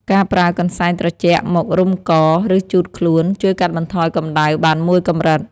ការប្រើកន្សែងត្រជាក់មករុំក ឬជូតខ្លួន ជួយកាត់បន្ថយកម្ដៅបានមួយកម្រិត។